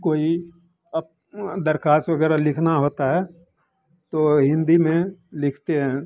कोई दरखास्त वगैरह लिखना होता है तो हिन्दी में लिखते हैं